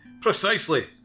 Precisely